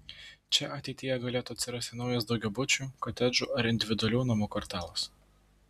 čia ateityje galėtų atsirasti naujas daugiabučių kotedžų ar individualių namų kvartalas